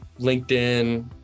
LinkedIn